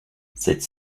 cette